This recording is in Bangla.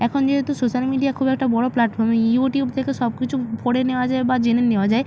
এখন যেহেতু সোশাল মিডিয়া খুব একটা বড় প্ল্যাটফর্ম ইউটিউব থেকে সব কিছু করে নেওয়া যায় বা জেনে নেওয়া যায়